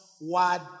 word